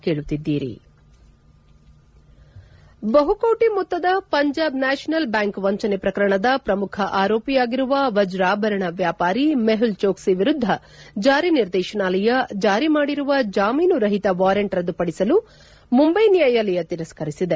head ಬಹುಕೋಟ ಮೊತ್ತದ Punjab national bank ವಂಚನೆ ಪ್ರಕರಣದ ಪ್ರಮುಖ ಆರೋಪಿಯಾಗಿರುವ ವಜ್ರಾಭರಣ ವ್ಯಾಪಾರಿ ಮೆಹುಲ್ ಚೋಕ್ಷಿ ವಿರುದ್ದ ಜಾರಿ ನಿರ್ದೇತನಾಲಯ ಜಾರಿ ಮಾಡಿರುವ ಜಾಮೀನು ರಹಿತ ವಾರೆಂಟ್ ರದ್ದುಪಡಿಸಲು ಮುಂಬೈ ನ್ಯಾಯಾಲಯ ತಿರಸ್ಕರಿಸಿದೆ